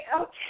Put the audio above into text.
okay